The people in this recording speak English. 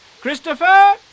Christopher